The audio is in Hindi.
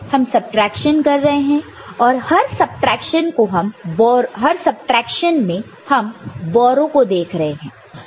हम सबट्रैक्शन कर रहे हैं और हर सबट्रैक्शन में हम बोरो को देख रहे हैं